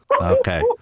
okay